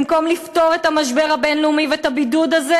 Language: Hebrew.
במקום לפתור את המשבר הבין-לאומי ואת הבידוד הזה,